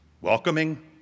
Welcoming